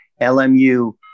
LMU